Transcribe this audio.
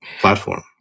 platform